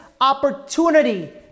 opportunity